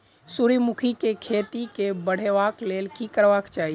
सूर्यमुखी केँ खेती केँ बढ़ेबाक लेल की करबाक चाहि?